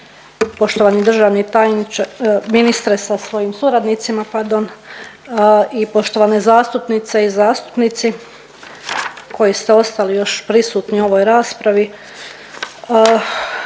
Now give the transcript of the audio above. Poštovani državni tajniče, ministre sa svojim suradnicima pardon, i poštovane zastupnice i zastupnici koji ste ostali još prisutni u ovoj raspravi.